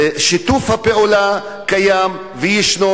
שיתוף הפעולה קיים וישנו,